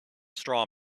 straw